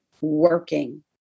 working